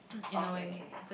okay okay